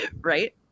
Right